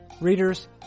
readers